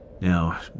Now